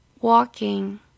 walking